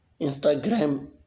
Instagram